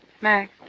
Max